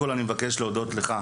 אני מבקש להודות לך,